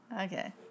Okay